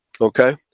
Okay